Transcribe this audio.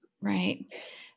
Right